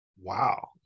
Wow